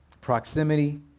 proximity